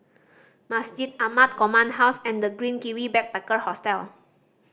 Masjid Ahmad Command House and The Green Kiwi Backpacker Hostel